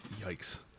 Yikes